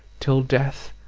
till death,